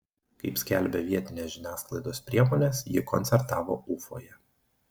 kaip skelbia vietinės žiniasklaidos priemonės ji koncertavo ufoje